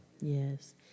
Yes